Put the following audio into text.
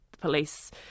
police